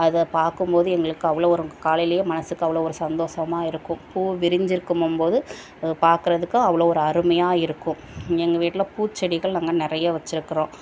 அதை பார்க்கும்போது எங்களுக்கு அவ்வளோ ஒரு காலையிலேயே மனதுக்கு அவ்வளோ ஒரு சந்தோஷமா இருக்கும் பூ விரிஞ்சுருக்கும் போகும்போது அதை பார்க்குறதுக்கு அவ்வளோ ஒரு அருமையாக இருக்கும் எங்கள் வீட்டில் பூச்செடிகள் நாங்கள் நிறைய வச்சுருக்குறோம்